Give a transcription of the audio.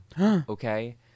Okay